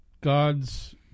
God's